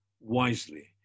wisely